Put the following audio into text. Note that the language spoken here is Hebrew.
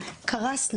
שרר,